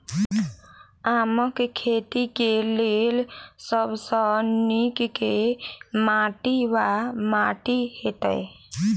आमक खेती केँ लेल सब सऽ नीक केँ माटि वा माटि हेतै?